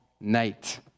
night